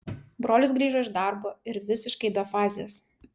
brolis grįžo iš darbo ir visiškai be fazės